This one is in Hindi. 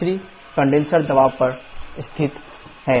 s3 कंडेनसर दबाव पर स्थित है